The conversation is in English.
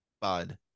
bud